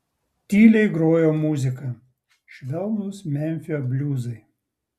tyliai grojo muzika švelnūs memfio bliuzai